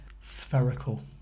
Spherical